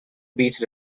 beach